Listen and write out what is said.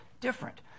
different